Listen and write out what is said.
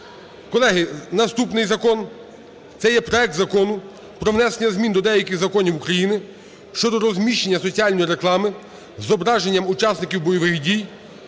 Колеги, наступний закон – це є проект Закону про внесення змін до деяких законів України щодо розміщення соціальної реклами з зображенням учасників бойових дій,